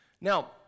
Now